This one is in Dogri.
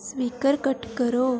स्पीकर घट्ट करो